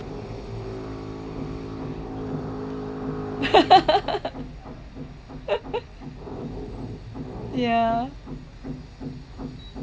ya